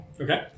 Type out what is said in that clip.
Okay